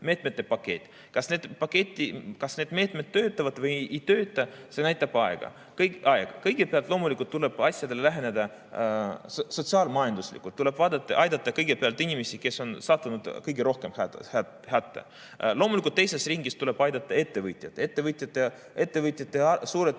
meetmete pakett. Kas need meetmed töötavad või ei tööta, seda näitab aeg. Kõigepealt tuleb asjadele läheneda sotsiaal‑majanduslikult. Tuleb aidata kõigepealt inimesi, kes on sattunud kõige rohkem hätta. Loomulikult, teises ringis tuleb aidata ettevõtjaid. Ettevõtjate suured